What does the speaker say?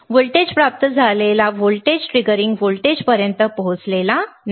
voltage प्राप्त झालेला voltage triggering व्होल्टेजपर्यंत पोहोचला नाही